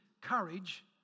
courage